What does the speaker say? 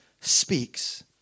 speaks